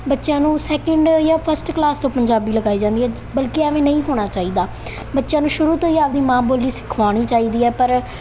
ਬੱਚਿਆਂ ਨੂੰ ਸੈਕਿੰਡ ਜਾਂ ਫਸਟ ਕਲਾਸ ਤੋਂ ਪੰਜਾਬੀ ਲਗਾਈ ਜਾਂਦੀ ਹੈ ਬਲਕਿ ਐਵੇਂ ਨਹੀਂ ਹੋਣਾ ਚਾਹੀਦਾ ਬੱਚਿਆਂ ਨੂੰ ਸ਼ੁਰੂ ਤੋਂ ਹੀ ਆਪਦੀ ਮਾਂ ਬੋਲੀ ਸਿਖਾਉਣੀ ਚਾਹੀਦੀ ਹੈ ਪਰ